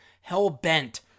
hell-bent